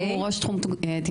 הוא ראש תחום תינוקייה.